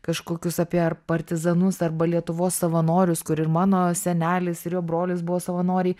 kažkokius apie ar partizanus arba lietuvos savanorius kur ir mano senelis ir jo brolis buvo savanoriai